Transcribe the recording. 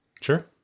Sure